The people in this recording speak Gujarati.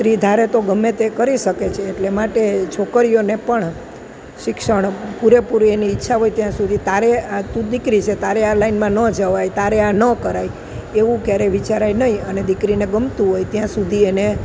સ્ત્રી ધારે તો ગમે તે કરી શકે છે એટલે માટે છોકરીઓને પણ શિક્ષણ પૂરેપૂરી એની ઈચ્છા હોય ત્યાં સુધી તારે આ તું દીકરી છે તારે આ લાઇનમાં ન જવાય તારે આ ન કરાય એવું ક્યારેય વિચારાય નહીં અને દીકરીને ગમતું હોય ત્યાં સુધી એને